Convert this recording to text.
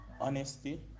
honesty